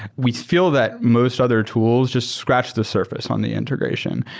we feel that most other tools just scratch the surface on the integration.